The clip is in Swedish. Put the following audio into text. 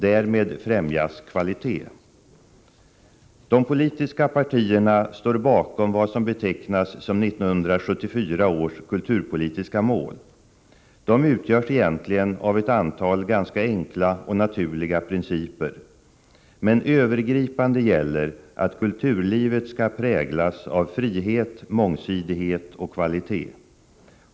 Därmed främjas kvalitet. De politiska partierna står bakom vad som betecknas som 1974 års kulturpolitiska mål. De utgörs egentligen av ett antal ganska enkla och naturliga principer. Men övergripande gäller att kulturlivet skall präglas av frihet, mångsidighet och kvalitet.